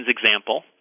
example